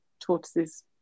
tortoises